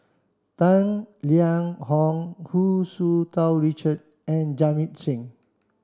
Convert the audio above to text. Tang Liang Hong Hu Tsu Tau Richard and Jamit Singh